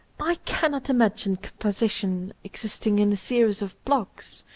i cannot imagine composition existing in a series of blocks,